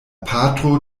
patro